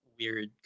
weird